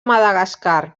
madagascar